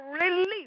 release